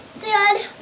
Dad